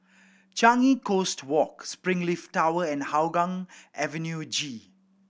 Changi Coast Walk Springleaf Tower and Hougang Avenue G